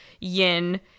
yin